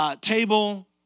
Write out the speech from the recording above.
table